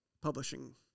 publishing